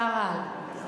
שר-על.